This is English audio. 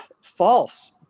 false